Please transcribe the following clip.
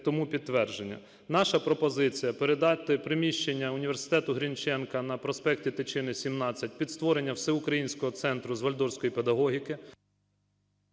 тому підтвердження. Наша пропозиція: передати приміщення університету Грінченка на проспекті Тичини, 17 під створення Всеукраїнського центру з вальдорфської педагогіки…